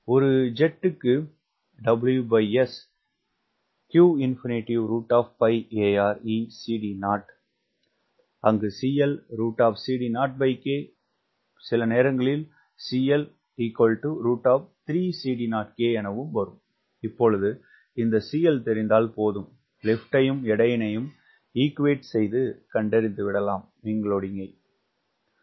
ஒரு ஜெட்டுக்கு இப்பொழுது இந்த CL தெரிந்தால் போதும் லிப்டையும் எடையினையும் ஈகுவேட் செய்து கண்டறிந்துவிடலாம் விங்க் லோடிங்க் தனை